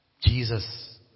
Jesus